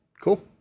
Cool